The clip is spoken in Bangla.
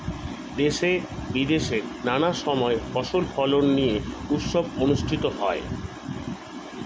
দেশে বিদেশে নানা সময় ফসল ফলন নিয়ে উৎসব অনুষ্ঠিত হয়